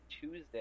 Tuesday